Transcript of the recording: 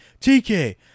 TK